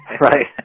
right